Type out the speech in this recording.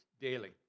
daily